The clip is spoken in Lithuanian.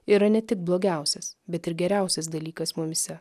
yra ne tik blogiausias bet ir geriausias dalykas mumyse